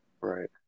Right